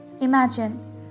Imagine